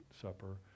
Supper